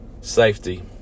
safety